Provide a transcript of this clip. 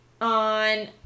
on